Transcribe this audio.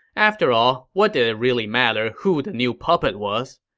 after all, what did it really matter who the new puppet was?